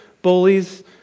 bullies